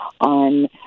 on